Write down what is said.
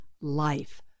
life